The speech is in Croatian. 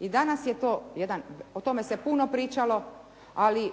I danas je to jedan, o tome se puno pričalo, ali